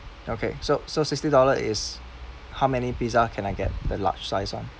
okay so so sixty dollar is how many pizza can I get the large size [one]